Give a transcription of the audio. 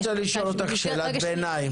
אני רוצה לשאול אותך שאלת ביניים,